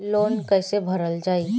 Loan कैसे भरल जाइ?